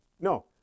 No